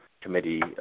committee